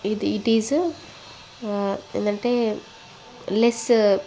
ఇది it is ఏంటంటే less